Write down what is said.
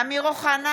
אמיר אוחנה,